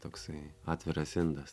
toksai atviras indas